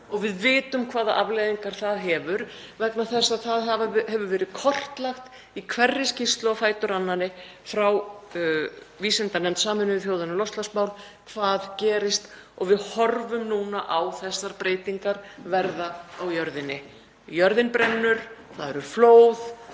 og við vitum hvaða afleiðingar það hefur vegna þess að það hefur verið kortlagt í hverri skýrslunni á fætur annarri frá vísindanefnd Sameinuðu þjóðanna um loftslagsmál hvað gerist og við horfum núna á þessar breytingar verða á jörðinni. Jörðin brennur, það eru flóð,